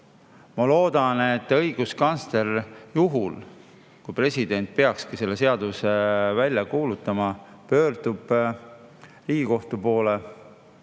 Ma loodan, et õiguskantsler, juhul kui president peaks selle seaduse siiski välja kuulutama, pöördub Riigikohtu poole,